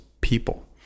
people